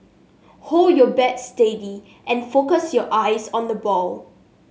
hold your bat steady and focus your eyes on the ball